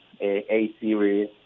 A-Series